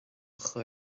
chur